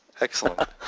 excellent